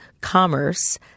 commerce